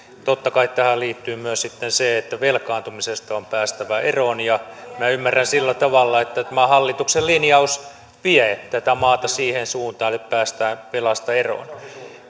totta kai tähän liittyy myös sitten se että velkaantumisesta on päästävä eroon ja minä ymmärrän sillä tavalla että tämä hallituksen linjaus vie tätä maata siihen suuntaan että päästään velasta eroon